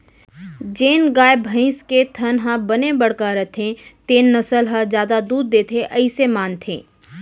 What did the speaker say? जेन गाय, भईंस के थन ह बने बड़का रथे तेन नसल ह जादा दूद देथे अइसे मानथें